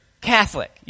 Catholic